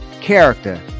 character